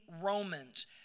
Romans